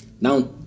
Now